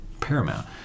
paramount